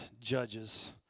judges